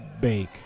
bake